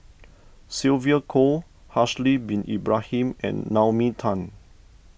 Sylvia Kho Haslir Bin Ibrahim and Naomi Tan